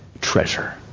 treasure